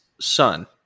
son